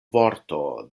vorto